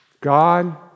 God